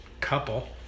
couple